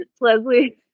Leslie